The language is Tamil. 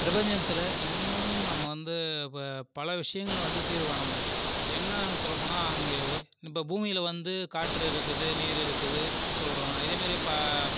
பிரபஞ்சத்தில் இன்னுமும் நம்ம வந்து பல விஷயங்கள வந்து தீர்வு காணமுடில என்னென்னு சொல்ல போனால் அங்கே இப்போ பூமியில் வந்து காற்று இருக்குது நீர் இருக்குது சொல்கிறோம் இதேமாதிரி